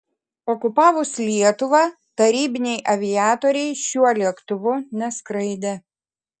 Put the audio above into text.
okupavus lietuvą tarybiniai aviatoriai šiuo lėktuvu neskraidė